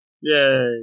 Yay